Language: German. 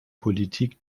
politik